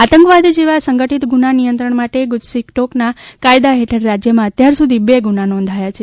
આતંકવાદ જેવા સંગઠિત ગુના નિયંત્રણ માટે ગુજસીટોકના કાયદા હેઠળ રાજ્યમાં અત્યારસુધી બે ગુના નોંધાયા છે